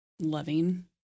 loving